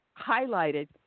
highlighted